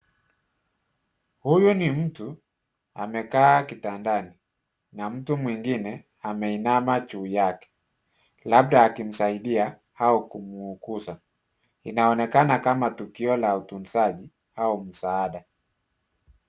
Huyu ni mtu amekaa kitandani. Na mtu mwingine, ameinama juu yake. Labda akimsaidia au kumuuguza. Inaonekana kama tukio la utunzaji au msaada.